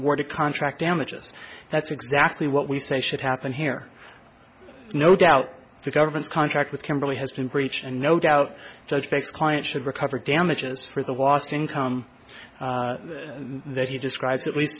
award a contract damages that's exactly what we say should happen here no doubt the government's contract with kimberley has been breached and no doubt judge banks client should recover damages for the lost income that he describes at least